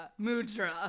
mudra